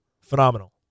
phenomenal